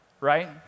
right